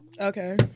Okay